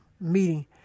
meeting